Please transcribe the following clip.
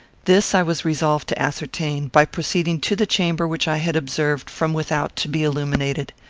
this i was resolved to ascertain, by proceeding to the chamber which i had observed, from without, to be illuminated.